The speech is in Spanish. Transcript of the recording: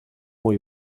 muy